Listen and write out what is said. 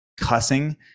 cussing